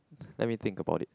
let me think about it